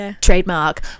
trademark